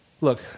Look